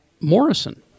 morrison